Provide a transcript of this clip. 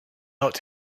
not